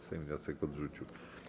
Sejm wniosek odrzucił.